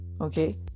okay